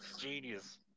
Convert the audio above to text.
genius